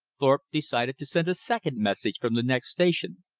thorpe decided to send a second message from the next station.